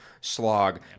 slog